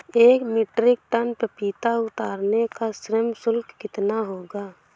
एक metric ton पपीता उतारने का श्रम शुल्क कितना होगा?